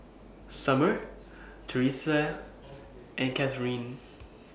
Summer Terese and Catharine